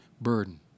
burden